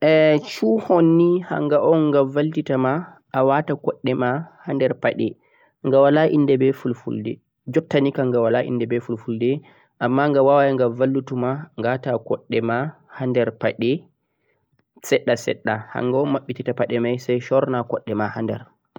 shoehorn ni, hangha on gha vallita ma a wata kosde ma ha der pade gha wala inde beh fulfulde jotta ni kam gha wala inde beh fulfulde amma gha wawan gha vallutuma ghata kosde ma ha der pade sedda sedda hangha on mabbititta pade mai sai soorna kosde ma ha der